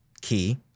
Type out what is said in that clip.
key